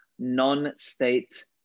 non-state